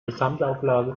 gesamtauflage